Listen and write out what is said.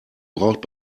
braucht